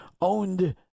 owned